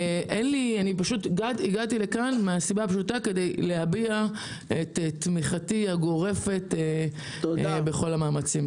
הגעתי לכאן כדי להביע את תמיכתי הגורפת בכל המאמצים.